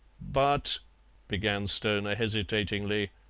but began stoner hesitatingly.